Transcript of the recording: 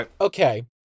Okay